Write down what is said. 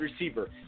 receiver